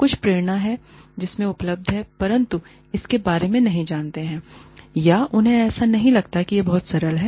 कुछ प्रेरणा है उनमें उपलब्ध है परंतु इसके बारे में नहीं जानते हैं या उन्हें ऐसा नहीं लगता कि यह बहुत सरल है